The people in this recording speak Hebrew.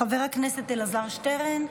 חבר הכנסת אלעזר שטרן,